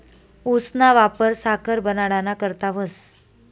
ऊसना वापर साखर बनाडाना करता व्हस